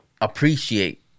appreciate